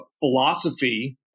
philosophy